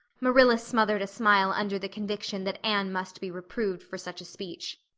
marilla smothered a smile under the conviction that anne must be reproved for such a speech.